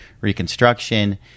reconstruction